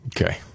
Okay